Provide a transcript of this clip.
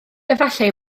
efallai